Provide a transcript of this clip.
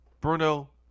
Bruno